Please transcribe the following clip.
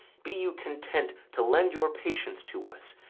be you content to lend your patience to us,